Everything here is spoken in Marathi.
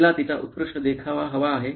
तिला तिचा उत्कृष्ट देखावा हवा आहे